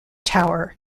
tower